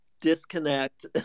disconnect